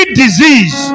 disease